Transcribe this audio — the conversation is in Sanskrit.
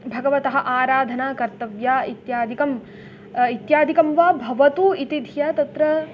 भगवतः आराधना कर्तव्या इत्यादिकम् इत्यादिकं वा भवतु इति धिया तत्र